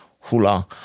hula